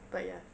but ya